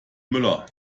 müller